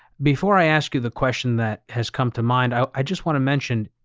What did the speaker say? before i ask you the question that has come to mind, i just want to mention,